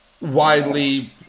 widely